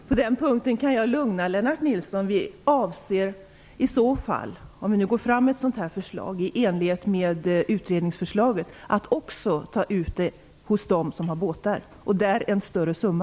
Herr talman! På den punkten kan jag lugna Lennart Nilsson. Vi avser, om vi nu går fram med ett förslag i enlighet med utredningsförslaget, att också ta ut avgiften hos dem som har båtar, och då en större summa.